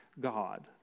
God